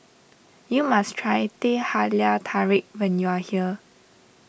you must try Teh Halia Tarik when you are here